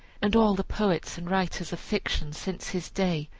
and all the poets and writers of fiction since his day,